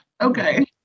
Okay